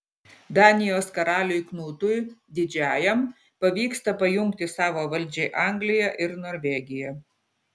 danijos karaliui knutui didžiajam pavyksta pajungti savo valdžiai angliją ir norvegiją